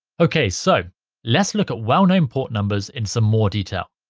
ok so let's look at well-known port numbers in some more detail.